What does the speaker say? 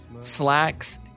slacks